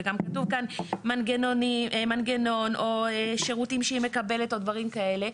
וגם כתוב כאן מנגנון או שירותים שהיא מקבלת או דברים כאלה.